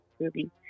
movie